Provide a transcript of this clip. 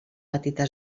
petita